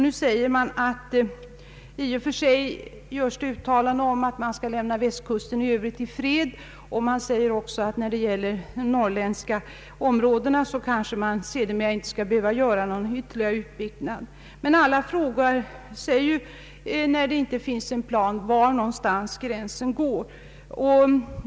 Nu har det gjorts uttalanden om att Västkusten hädanefter skall lämnas i fred, och det har också sagts att det kanske inte kommer att behövas någon ytterligare utbyggnad av de norrländska vattenkrafttillgångarna. Men när det inte finns någon plan, måste ju alla fråga sig var någonstans gränsen går.